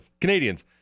Canadians